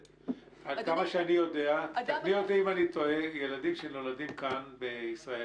עד כמה שאני יודע תקני אותי אם אני טועה ילדים שנולדים כאן בישראל,